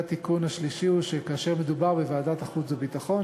והתיקון השלישי הוא שכאשר מדובר בוועדת החוץ והביטחון,